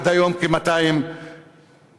עד היום כ-200 אזרחים,